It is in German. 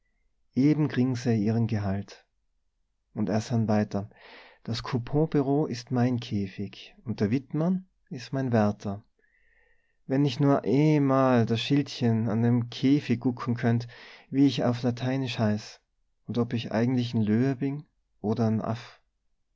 se ihren gehalt und er sann weiter das couponbureau ist mein käfig und der wittmann is mein wärter wenn ich nur emal das schildchen an dem käfig gucken könnt wie ich auf lateinisch heiß und ob ich eigentlich n löwe bin oder n